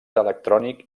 electrònic